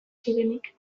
zirenik